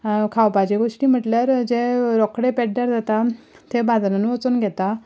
खावपाचे घोष्टी म्हणल्यार जें रोखडें पेड्ड्यार जाता तें बाजारांत वचून घेता